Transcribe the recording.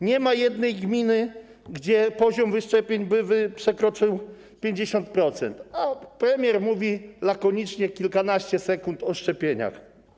Nie ma jednej gminy, gdzie poziom wyszczepień by przekroczył 50%, a premier mówi lakonicznie, kilkanaście sekund, o szczepieniach.